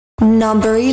Number